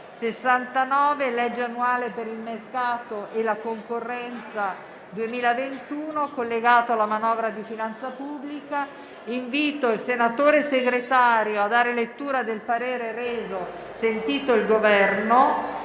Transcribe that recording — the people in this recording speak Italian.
«Legge annuale per il mercato e la concorrenza 2021», collegato alla manovra di finanza pubblica. Invito il senatore Segretario a dare lettura del parere reso - sentito il Governo